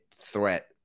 threat